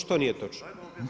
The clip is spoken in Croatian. Što nije točno?